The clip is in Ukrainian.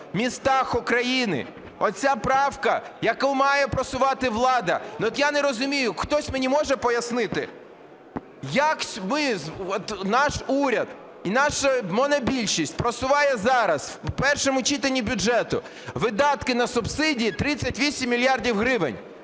містах України, оце правка, яку має просувати влада. Я не розумію, хтось мені може пояснити, як от наш уряд і наша монобільшість просуває зараз у першому читанні бюджету видатки на субсидії 38 мільярдів гривень?